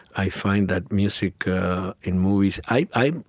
i find that music in movies i,